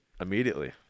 immediately